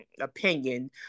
opinion